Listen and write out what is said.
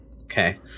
Okay